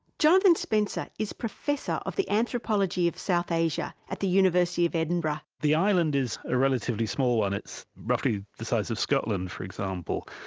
jonathan spencer is professor of the anthropology of south asia at the university of edinburgh. the island is a relatively small one it's roughly the size of scotland, for example.